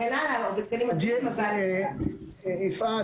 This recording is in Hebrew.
אני אסביר לכם שוב, אם